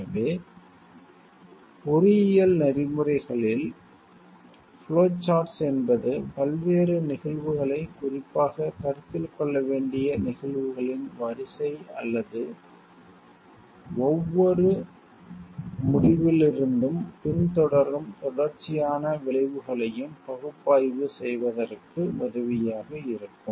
எனவே பொறியியல் நெறிமுறைகளில் இன்ஜினியரிங் எதிக்ஸ் ஃப்ளோ சார்ட்ஸ் என்பது பல்வேறு நிகழ்வுகளை குறிப்பாக கருத்தில் கொள்ள வேண்டிய நிகழ்வுகளின் வரிசை அல்லது ஒவ்வொரு முடிவிலிருந்தும் பின்தொடரும் தொடர்ச்சியான விளைவுகளையும் பகுப்பாய்வு செய்வதற்கு உதவியாக இருக்கும்